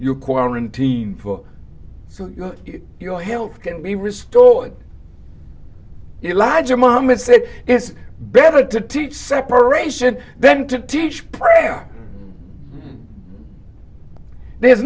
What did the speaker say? you quarantine for your health can be restored you lad your mamma said it's better to teach separation then to teach prayer there's